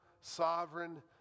sovereign